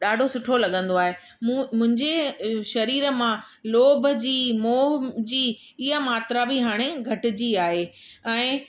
ॾाढो सुठो लॻंदो आहे मूं मुंहिंजे शरीर मां लोभ जी मोह जी इहा मात्रा बि हाणे घटिजी आहे ऐं